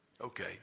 Okay